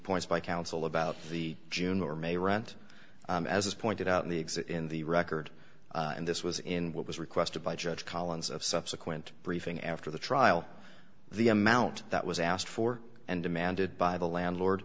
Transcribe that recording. points by counsel about the june or may rent as pointed out in the exit in the record and this was in what was requested by judge collins of subsequent briefing after the trial the amount that was asked for and demanded by the landlord